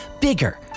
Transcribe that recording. Bigger